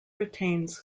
retains